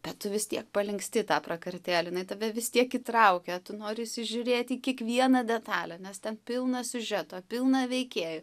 bet tu vis tiek palinksti į tą prakartėlę jinai tave vis tiek įtraukia tu nori įsižiūrėti į kiekvieną detalę nes ten pilna siužeto pilna veikėjų